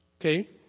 Okay